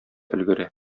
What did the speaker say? өлгерә